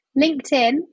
LinkedIn